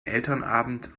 elternabend